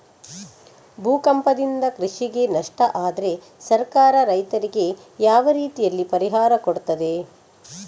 ಭೂಕಂಪದಿಂದ ಕೃಷಿಗೆ ನಷ್ಟ ಆದ್ರೆ ಸರ್ಕಾರ ರೈತರಿಗೆ ಯಾವ ರೀತಿಯಲ್ಲಿ ಪರಿಹಾರ ಕೊಡ್ತದೆ?